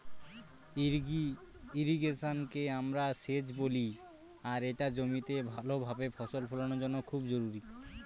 ইর্রিগেশনকে আমরা সেচ বলি আর এটা জমিতে ভাল ভাবে ফসল ফলানোর জন্য খুব জরুরি